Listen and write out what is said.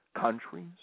countries